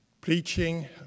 preaching